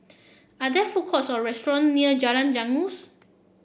are there food courts or restaurant near Jalan Janggus